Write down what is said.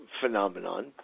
phenomenon